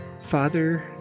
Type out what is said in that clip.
Father